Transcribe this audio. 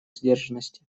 сдержанности